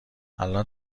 الان